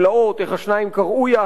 איך השניים קראו יחד,